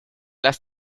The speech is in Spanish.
las